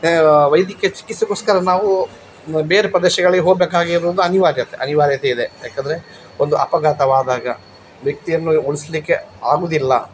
ವೈದ್ಯಕೀಯ ಚಿಕಿತ್ಸೆಗೋಸ್ಕರ ನಾವು ಬೇರೆ ಪ್ರದೇಶಗಳಿಗೆ ಹೋಗ್ಬೇಕಾಗಿರುವುದು ಅನಿವಾರ್ಯತೆ ಅನಿವಾರ್ಯತೆ ಇದೆ ಯಾಕೆಂದ್ರೆ ಒಂದು ಅಪಘಾತವಾದಾಗ ವ್ಯಕ್ತಿಯನ್ನು ಉಳಿಸ್ಲಿಕ್ಕೆ ಆಗುವುದಿಲ್ಲ